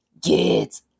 get